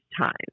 time